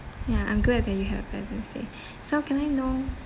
ya I'm glad that you had a pleasant stay so can I know